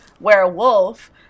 werewolf